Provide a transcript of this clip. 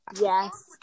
yes